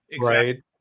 Right